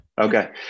Okay